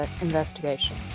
investigation